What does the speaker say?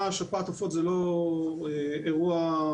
הם מגיעים עם עופות נודדים שבעיקר ברווזים ואווזים נחשבים למאגר שלהם,